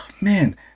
Man